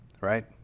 right